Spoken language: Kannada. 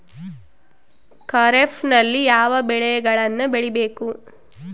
ಖಾರೇಫ್ ನಲ್ಲಿ ಯಾವ ಬೆಳೆಗಳನ್ನು ಬೆಳಿಬೇಕು?